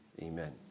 Amen